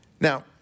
Now